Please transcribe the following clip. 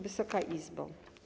Wysoka Izbo!